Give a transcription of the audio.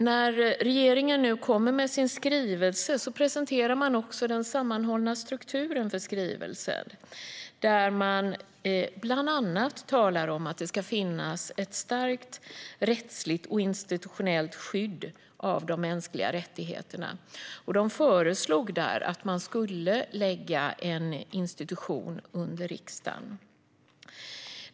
När regeringen nu kommer med sin skrivelse presenterar man också den sammanhållna strukturen och talar bland annat om att det ska finnas ett starkt rättsligt och institutionellt skydd av de mänskliga rättigheterna. Man föreslår där att en institution ska läggas under riksdagen.